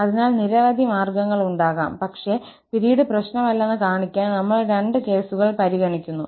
അതിനാൽ നിരവധി മാർഗങ്ങളുണ്ടാകാം പക്ഷേ പിരീഡ് പ്രശ്നമല്ലെന്ന് കാണിക്കാൻ നമ്മൾ രണ്ട് കേസുകൾ പരിഗണിക്കുന്നു